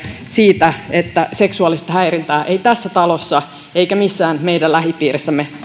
siitä että seksuaalista häirintää ei tässä talossa eikä missään meidän lähipiirissämme